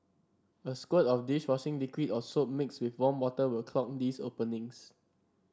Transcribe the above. a squirt of dish washing liquid or soap mixed with warm water will clog these openings